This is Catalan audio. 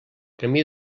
camí